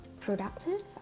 productive